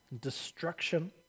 destruction